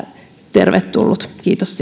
tervetullut kiitos